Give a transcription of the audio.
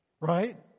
Right